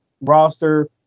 roster